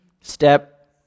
step